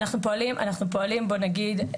אנחנו פועלים בוא נגיד,